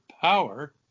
power